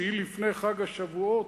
שהיא לפני חג השבועות,